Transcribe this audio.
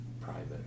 private